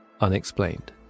unexplained